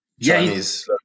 Chinese